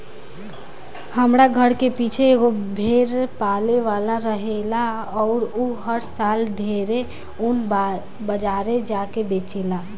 हमरा घर के पीछे एगो भेड़ पाले वाला रहेला अउर उ हर साल ढेरे ऊन बाजारे जा के बेचेला